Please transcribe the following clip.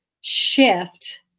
shift